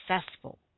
successful